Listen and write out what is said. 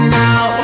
now